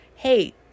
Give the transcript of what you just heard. Hey